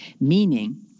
meaning